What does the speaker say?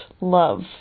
love